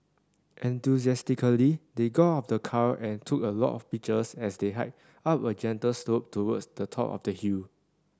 enthusiastically they got out of the car and took a lot of pictures as they hiked up a gentle slope towards the top of the hill